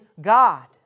God